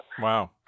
Wow